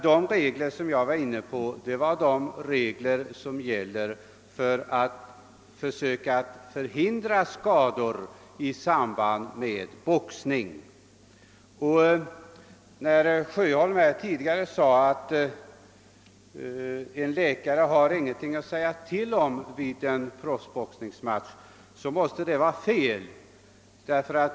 De regler jag var inne på var de som avser att förhindra skador i samband med boxning. Herr Sjöholm påstod tidigare i debatten att en läkare inte har någonting att säga till om vid en proffsboxningsmatch, men det måste vara felaktigt.